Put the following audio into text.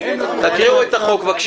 תקריאו את החוק, בבקשה.